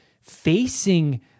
facing